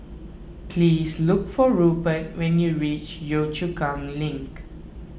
please look for Rupert when you reach Yio Chu Kang Link